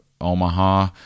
omaha